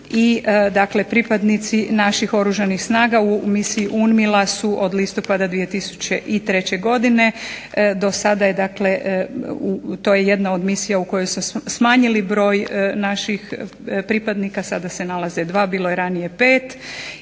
pripadnici naših Oružanih snaga u misiji UNMIL-a su od listopada 2003. godine, do sada, to je jedna od misija u kojoj su smanjili broj naših pripadnika sada se nalaze 2 bilo je ranije 5,